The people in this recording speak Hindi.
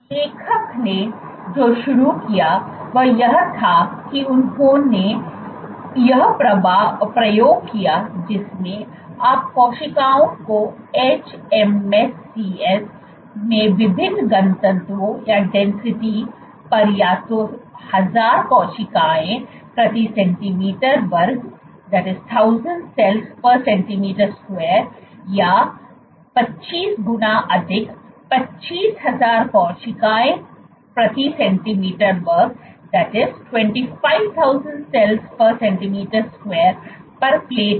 लेखक ने जो शुरू किया वह यह था कि उन्होंने यह प्रयोग किया जिसमें आप कोशिकाओं को hMSCS में विभिन्न घनत्वों पर या तो 1000 कोशिकाओं प्रति सेंटीमीटर वर्ग या 25 गुना अधिक 25000 कोशिकाओं प्रति सेंटीमीटर वर्ग पर प्लेट किया